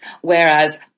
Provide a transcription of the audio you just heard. whereas